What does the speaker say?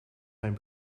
mijn